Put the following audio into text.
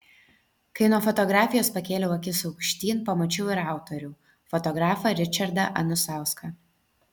kai nuo fotografijos pakėliau akis aukštyn pamačiau ir autorių fotografą ričardą anusauską